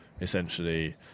essentially